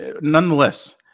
Nonetheless